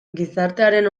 gizartearen